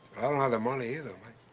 i don't have the money either. i